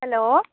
hello